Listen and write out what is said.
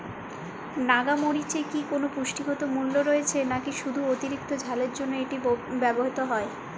নাগা মরিচে কি কোনো পুষ্টিগত মূল্য রয়েছে নাকি শুধু অতিরিক্ত ঝালের জন্য এটি ব্যবহৃত হয়?